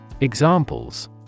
Examples